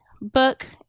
book